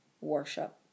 worship